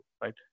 right